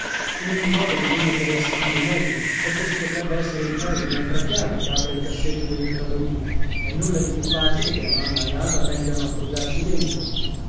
in ogni modo bisogna che le assicuri meglio perché ci potrebbe essere in casa un'altra chiave che apra il cassetto del mio tavolino e nulla di più facile che la mamma e ada vengano a frugarci dentro